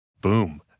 Boom